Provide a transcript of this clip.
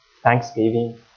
Thanksgiving